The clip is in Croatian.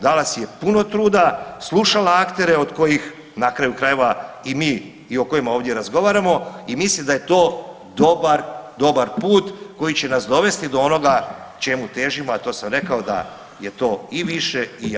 Dala si je puno truda, slušala aktere od kojih, na kraju krajeva i mi, i o kojima ovdje razgovaramo i mislim da je to dobar, dobar put koji će nas dovesti do onoga čemu težimo, a to sam rekao da je to i više i jače i bolje.